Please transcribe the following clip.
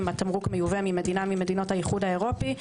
התמרוק מיובא ממדינה ממדינות האיחוד האירופי,